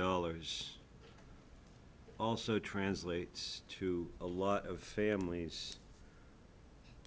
dollars also translates to a lot of families